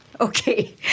Okay